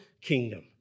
kingdom